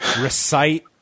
recite